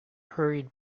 hurried